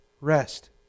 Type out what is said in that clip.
rest